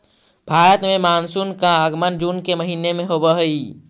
भारत में मानसून का आगमन जून के महीने में होव हई